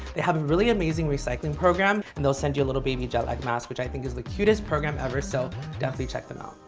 they have a really amazing recycling program and they'll send you a little baby jetlag mask, which i think is the cutest program ever so definitely check them out.